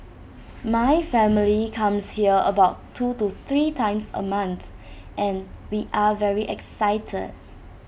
my family comes here about two or three times A month and we are very excited